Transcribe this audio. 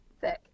thick